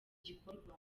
gikorwa